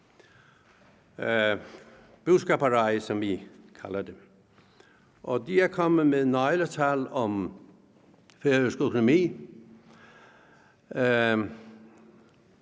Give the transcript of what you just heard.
Duskaferai, som vi kalder den. Den er kommet med nøgletal om færøsk økonomi.